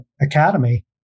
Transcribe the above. Academy